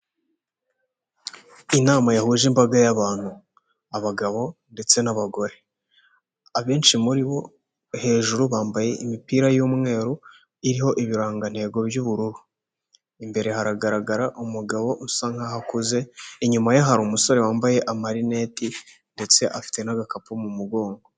Inama yahuje imbaga y'abantu, abagabo ndetse n'abagore abenshi muri bo hejuru bambaye imipira y'umweru iriho ibirangantego by'ubururu. Imbere haragaragara umugabo usa nkaho akuze inyuma ye hari umusore wambaye amarineti ndetse afite n'agakapu mu mugongo.